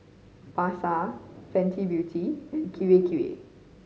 Pasar Fenty Beauty and Kirei Kirei